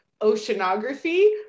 oceanography